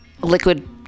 liquid